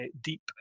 deep